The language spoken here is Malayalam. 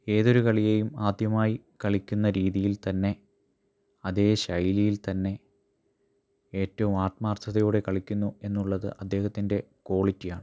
ഏതൊരു കളിയേയും ആദ്യമായി കളിക്കുന്ന രീതിയിൽ തന്നെ അതേ ശൈലിയിൽ തന്നെ ഏറ്റവും ആത്ഥമാർഥതയോടെ കളിക്കുന്നു എന്നുള്ളത് അദ്ദേഹത്തിൻ്റെ ക്വാളിറ്റി ആണ്